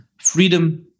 freedom